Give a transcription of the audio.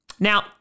Now